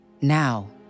Now